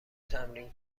تمرین